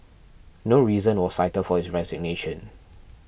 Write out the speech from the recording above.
no reason was cited for his resignation